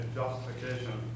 justification